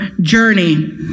journey